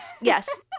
Yes